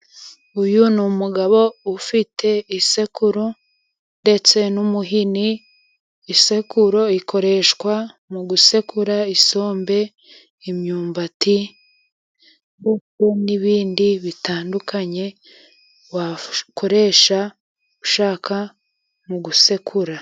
Uyu ni umugabo ufite isekuru ndetse n'umuhini. Isekururo ikoreshwa mu gusekura isombe, imyumbati n'ibindi bitandukanye. Wakoresha ushaka mu gusekura.